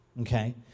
okay